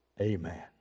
Amen